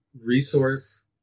resource